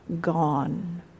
gone